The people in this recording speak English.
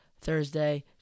Thursday